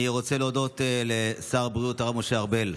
אני רוצה להודות לשר הבריאות הרב משה ארבל,